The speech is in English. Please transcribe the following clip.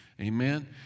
Amen